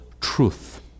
truth